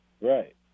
Right